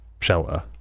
shelter